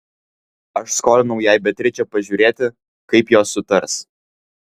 aš skolinau jai beatričę pažiūrėti kaip jos sutars